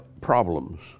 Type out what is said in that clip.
problems